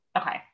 Okay